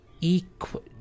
equal